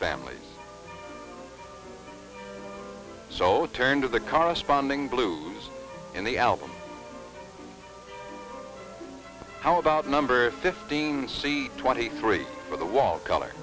family so turn to the car spawning blues in the album how about number fifteen see twenty three for the wall color